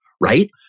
Right